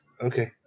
Okay